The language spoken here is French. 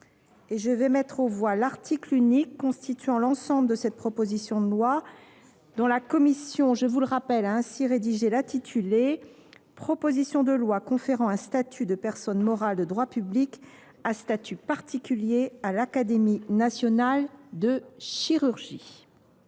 de la commission, modifié, l’article unique constituant l’ensemble de la proposition de loi, dont la commission a ainsi rédigé l’intitulé : proposition de loi conférant un statut de personne morale de droit public à statut particulier à l’Académie nationale de chirurgie.